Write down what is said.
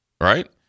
right